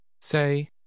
Say